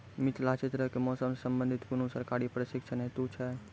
मिथिला क्षेत्रक कि मौसम से संबंधित कुनू सरकारी प्रशिक्षण हेतु छै?